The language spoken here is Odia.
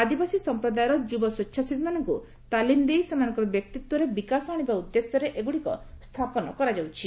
ଆଦିବାସୀ ସମ୍ପ୍ରଦାୟର ଯୁବ ସ୍ୱଚ୍ଛାସେବୀମାନଙ୍କୁ ତାଲିମ ଦେଇ ସେମାନଙ୍କର ବ୍ୟକ୍ତିତ୍ୱରେ ବିକାଶ ଆଶିବା ଉଦ୍ଦେଶ୍ୟରେ ଏଗୁଡ଼ିକ ସ୍ଥାପନ କରାଯାଉଛି